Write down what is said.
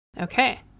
Okay